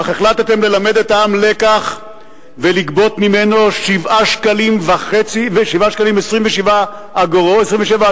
אך החלטתם ללמד את העם לקח ולגבות ממנו 7.27 שקלים לליטר.